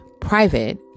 private